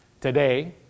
today